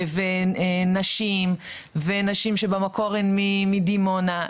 נשים ונשים שהן במקור מדימונה,